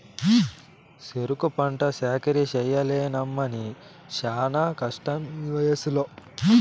సెరుకు పంట సాకిరీ చెయ్యలేనమ్మన్నీ శానా కష్టమీవయసులో